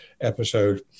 episode